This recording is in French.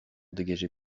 dégagée